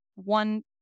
One